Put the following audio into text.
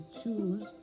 choose